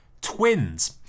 twins